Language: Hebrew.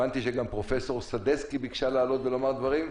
הבנתי שגם פרופ' סדצקי ביקשה לעלות ולומר דברים.